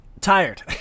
tired